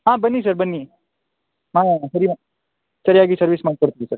ಹಾಂ ಬನ್ನಿ ಸರ್ ಬನ್ನಿ ಮಾಡಣ ಸರಿ ಮಾಡಿ ಸರಿಯಾಗಿ ಸರ್ವಿಸ್ ಮಾಡ್ಕೊಡ್ತೀವಿ ಸರ್